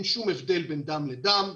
אין שום הבדל בין דם לדם.